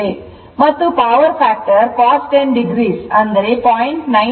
ಮತ್ತು power factor cos 10o 0